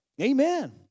Amen